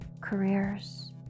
careers